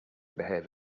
behave